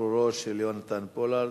שחרורו של יונתן פולארד.